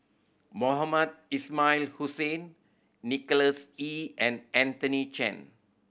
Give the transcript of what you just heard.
Mohamed Ismail Hussain Nicholas Ee and Anthony Chen